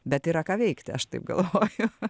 bet yra ką veikti aš taip galvoju